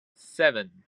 seven